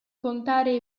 contare